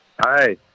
Hi